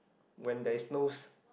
when there is no